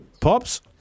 Pops